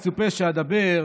שאדבר,